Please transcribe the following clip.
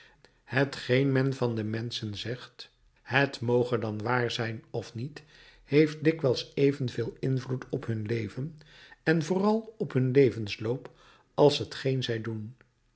hetgeen men van de menschen zegt het moge dan waar zijn of niet heeft dikwijls evenveel invloed op hun leven en vooral op hun levensloop als hetgeen zij doen